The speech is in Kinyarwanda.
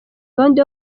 gahunda